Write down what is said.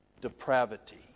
depravity